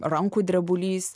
rankų drebulys